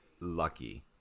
lucky